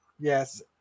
Yes